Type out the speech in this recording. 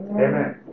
Amen